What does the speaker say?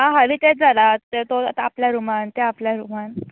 हय हांली तें जाला तो आता आपल्या रुमान तें आपलें रुमान